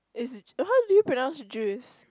is how do you pronounce Jews